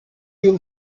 yıl